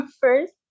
first